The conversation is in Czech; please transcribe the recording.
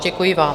Děkuji vám.